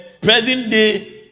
present-day